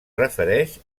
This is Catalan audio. refereix